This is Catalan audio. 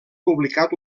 publicat